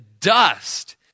dust